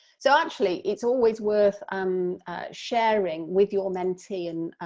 so actually it's always worth um sharing with your mentee and,